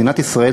מדינת ישראל,